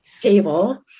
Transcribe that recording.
table